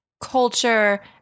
culture